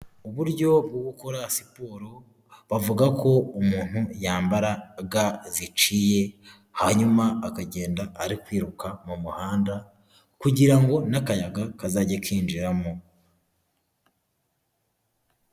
Uburyo bwo gukora siporo bavuga ko umuntu yambara ga ziciye hanyuma akagenda ari kwiruka mu muhanda kugira ngo n'akayaga kazajye kinjiramo.